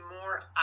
more